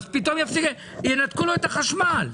פתאום ינתקו לו את החשמל.